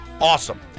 awesome